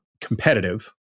competitive